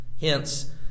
Hence